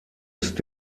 ist